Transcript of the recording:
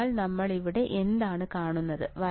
അതിനാൽ നമ്മൾ ഇവിടെ എന്താണ് കാണുന്നത്